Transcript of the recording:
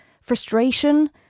Frustration